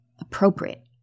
appropriate